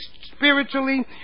spiritually